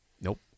Nope